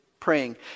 Praying